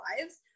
lives